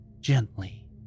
gently